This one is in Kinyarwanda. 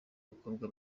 bakobwa